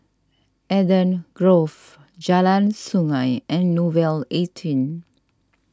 Eden Grove Jalan Sungei and Nouvel eighteen